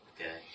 Okay